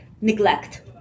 neglect